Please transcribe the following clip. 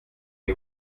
die